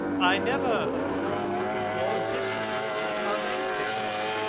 i never approve, or disapprove, of anything now.